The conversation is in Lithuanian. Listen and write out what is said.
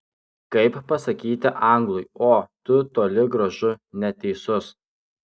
kaip pasakyti anglui o tu toli gražu neteisus